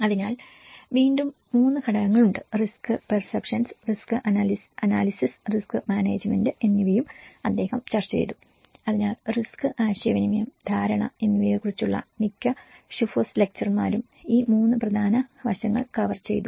അതിനാൽ വീണ്ടും 3 ഘടകങ്ങൾ ഉണ്ട് risk perception risk analysis risk management എന്നിവയും അദ്ദേഹം ചർച്ച ചെയ്തു അതിനാൽ റിസ്ക് ആശയവിനിമയം ധാരണ എന്നിവയെക്കുറിച്ചുള്ള മിക്ക ശുഭോസ് പ്രഭാഷണം ഈ 3 പ്രധാന വശങ്ങൾ കവർ ചെയ്തു